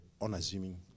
unassuming